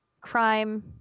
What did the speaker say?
crime